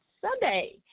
Sunday